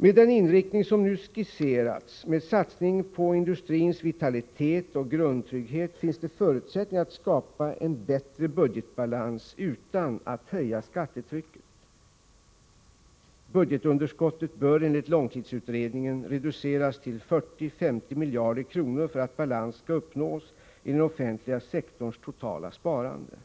Med den inriktning som nu skisserats, med satsning på industrins vitalitet och grundtrygghet, finns det förutsättningar att skapa en bättre budgetbalans utan att höja skattetrycket. Budgetunderskottet bör enligt långtidsutredningen reduceras till 40-50 miljarder kronor för att balans skall uppnås i den offentliga sektorns totala sparande.